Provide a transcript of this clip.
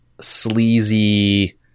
sleazy